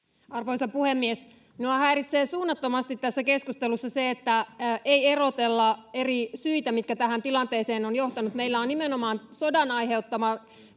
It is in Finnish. Arvoisa puhemies! Minua häiritsee suunnattomasti tässä keskustelussa se, että ei erotella eri syitä, mitkä tähän tilanteeseen ovat johtaneet. Meillä on nimenomaan sodan aiheuttama